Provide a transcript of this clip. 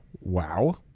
wow